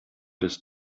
des